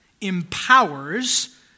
Empowers